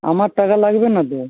আমার টাকা লাগবে না তো